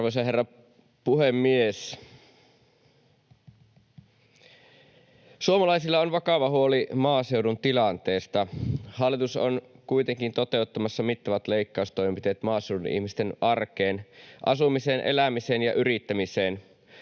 Arvoisa herra puhemies! Suomalaisilla on vakava huoli maaseudun tilanteesta. Hallitus on kuitenkin toteuttamassa mittavat leikkaustoimenpiteet maaseudun ihmisten arkeen, asumiseen, elämiseen ja yrittämiseen.